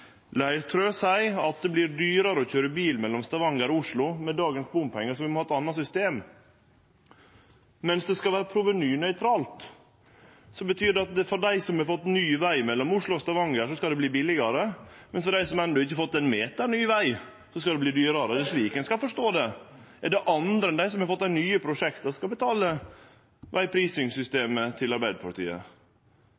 Leirtrø seier at det vert dyrare å køyre bil mellom Stavanger og Oslo med dagens bompengar, så vi må ha eit anna system. Skal det vere provenynøytralt, betyr det at det for dei som har fått ny veg mellom Oslo og Stavanger, skal verte billigare, mens det for dei som enno ikkje har fått ein meter ny veg, skal verte dyrare. Er det slik ein skal forstå det? Er det andre enn dei som har fått dei nye prosjekta, som skal betale